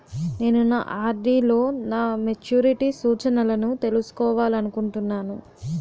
నేను నా ఆర్.డి లో నా మెచ్యూరిటీ సూచనలను తెలుసుకోవాలనుకుంటున్నాను